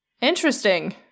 Interesting